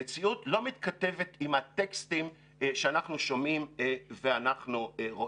המציאות לא מתכתבת עם הטקסטים שאנחנו שומעים ורואים.